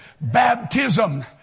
Baptism